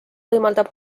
võimaldab